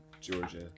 Georgia